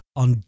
on